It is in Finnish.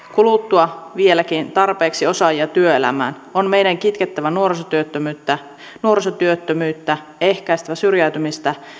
kuluttua vieläkin tarpeeksi osaajia työelämään on meidän kitkettävä nuorisotyöttömyyttä nuorisotyöttömyyttä ehkäistävä syrjäytymistä